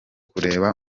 kureba